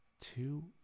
two